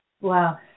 Wow